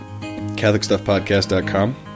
CatholicStuffPodcast.com